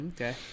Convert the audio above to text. okay